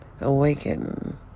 Awaken